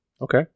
Okay